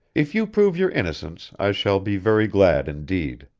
if you prove your innocence, i shall be very glad indeed!